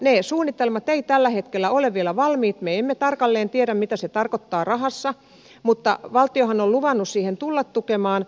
ne suunnitelmat eivät tällä hetkellä ole vielä valmiit me emme tarkalleen tiedä mitä se tarkoittaa rahassa mutta valtiohan on luvannut siihen tulla tukemaan